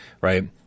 right